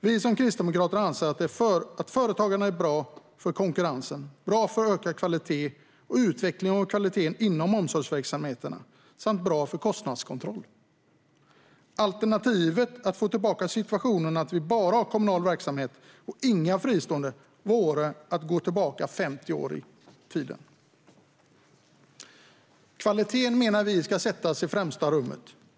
Vi som kristdemokrater anser att företagande är bra för konkurrensen, bra för ökad kvalitet och utveckling av kvaliteten inom omsorgsverksamheterna samt bra för kostnadskontroll. Alternativet, att få tillbaka situationen att vi bara har kommunala verksamheter och inga fristående, vore att gå tillbaka 50 år i tiden. Kvaliteten ska sättas i främsta rummet, menar vi.